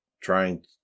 trying